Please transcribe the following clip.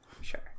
sure